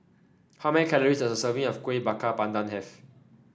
how many calories does a serving of Kuih Bakar Pandan have